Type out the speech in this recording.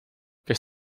kes